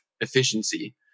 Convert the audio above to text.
efficiency